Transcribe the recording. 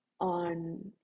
on